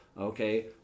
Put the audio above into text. Okay